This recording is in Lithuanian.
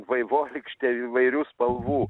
vaivorykštę įvairių spalvų